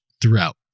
throughout